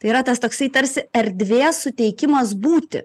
tai yra tas toksai tarsi erdvės suteikimas būti